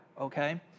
okay